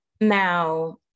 Now